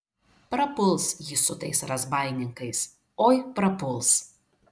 prapuls jis su tais razbaininkais oi prapuls